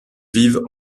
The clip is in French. vive